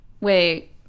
Wait